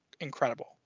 incredible